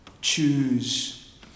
choose